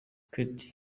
ketia